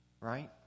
Right